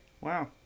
Wow